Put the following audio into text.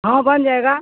ہاں بن جائے گا